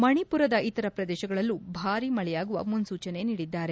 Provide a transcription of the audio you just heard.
ಮಣಿಪುರದ ಇತರ ಪ್ರದೇಶಗಳಲ್ಲೂ ಭಾರೀ ಮಳೆಯಾಗುವ ಮುನ್ಲೂಚನೆ ನೀಡಿದ್ದಾರೆ